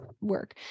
work